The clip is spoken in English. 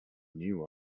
new